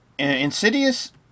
Insidious